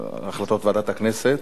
החלטות ועדת הכנסת.